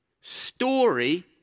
Story